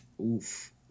Oof